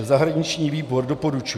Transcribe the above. Zahraniční výbor doporučuje